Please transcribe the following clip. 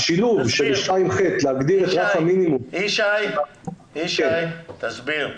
תסביר.